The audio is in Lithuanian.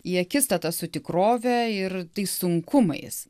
į akistatą su tikrove ir tais sunkumais